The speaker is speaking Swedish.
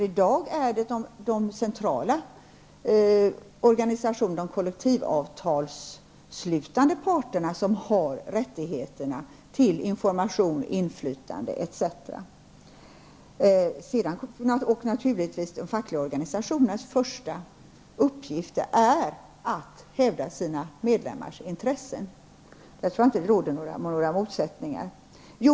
I dag är det de centrala organisationerna, de kollektivavtalsslutande parterna, som har rättigheterna till information, inflytande etc. De fackliga organisationernas första uppgift är naturligtvis att hävda sina medlemmars intressen. Därvid lag tror jag inte att det råder några motsättningar.